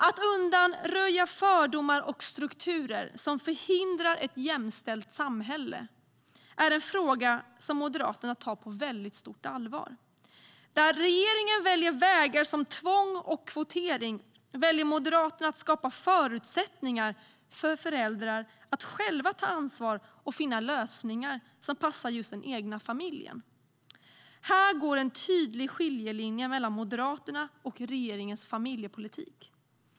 Att undanröja fördomar och strukturer som förhindrar ett jämställt samhälle är en fråga som Moderaterna tar på stort allvar. Där regeringen väljer vägar som tvång och kvotering väljer Moderaterna att skapa förutsättningar för föräldrar att själva ta ansvar och finna lösningar som passar just den egna familjen. Här går en tydlig skiljelinje mellan Moderaternas och regeringens familjepolitik.